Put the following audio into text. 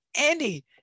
Andy